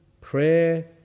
prayer